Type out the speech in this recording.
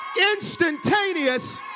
instantaneous